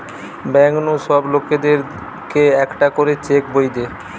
bank নু সব লোকদের কে একটা করে চেক বই দে